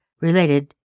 related